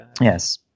Yes